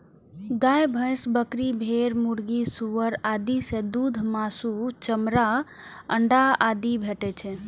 गाय, भैंस, बकरी, भेड़, मुर्गी, सुअर आदि सं दूध, मासु, चमड़ा, अंडा आदि भेटै छै